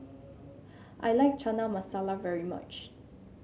I like Chana Masala very much